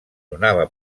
donava